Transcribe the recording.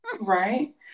Right